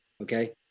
Okay